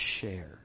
share